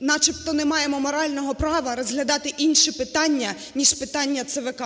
ми начебто не маємо морального права розглядати інші питання, ніж питання ЦВК.